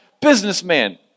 businessman